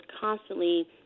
constantly